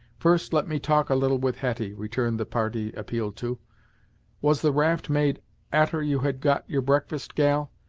first let me talk a little with hetty, returned the party appealed to was the raft made a'ter you had got your breakfast, gal,